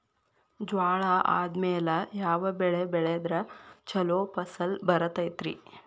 ಜ್ವಾಳಾ ಆದ್ಮೇಲ ಯಾವ ಬೆಳೆ ಬೆಳೆದ್ರ ಛಲೋ ಫಸಲ್ ಬರತೈತ್ರಿ?